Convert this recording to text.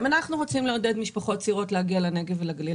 אם אנחנו רוצים לעודד משפחות צעירות להגיע לנגב ולגליל,